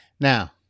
Now